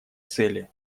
цели